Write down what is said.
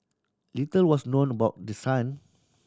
little was known about the son